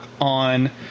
on